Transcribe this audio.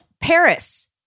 Paris